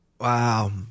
wow